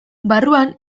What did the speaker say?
barruan